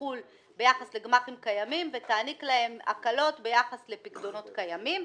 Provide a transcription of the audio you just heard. שתחול ביחס לגמ"חים קיימים ותעניק להם הקלות ביחס לפיקדונות קיימים.